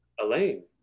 Elaine